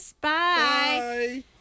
Bye